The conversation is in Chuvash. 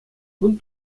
кун